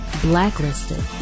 Blacklisted